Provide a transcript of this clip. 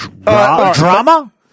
Drama